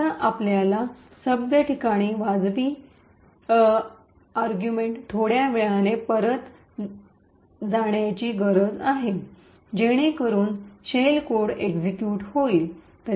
आता आपल्याला सभ्य ठिकाणी वाजवी संरेषणावर थोड्या वेळाने परत जाण्याची गरज आहे जेणेकरून शेल कोड एक्सिक्यूट होईल